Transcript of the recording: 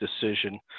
decision